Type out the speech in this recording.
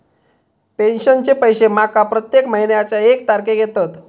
पेंशनचे पैशे माका प्रत्येक महिन्याच्या एक तारखेक येतत